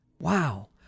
wow